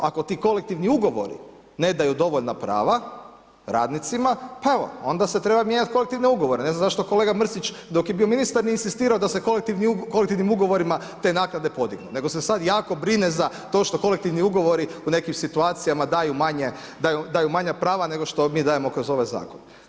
Ako ti kolektivni ugovori ne daju dovoljna prava radnicima, pa evo onda se treba mijenjati kolektivne ugovore, ne znam zašto kolega Mrsić dok je bio ministar nije inzistirao da se kolektivnim ugovorima te naknade podignu, nego se sad jako brine za to što kolektivni ugovori u nekim situacijama daju manje, daju manja prava nego što mi dajemo kroz ovaj zakon.